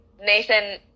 Nathan